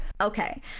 okay